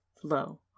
flow